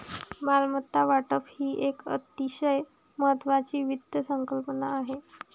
मालमत्ता वाटप ही एक अतिशय महत्वाची वित्त संकल्पना आहे